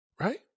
Right